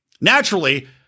Naturally